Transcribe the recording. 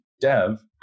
Dev